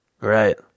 Right